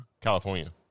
California